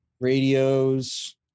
Radios